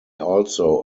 also